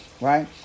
right